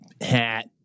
hat